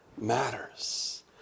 matters